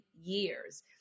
years